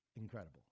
incredible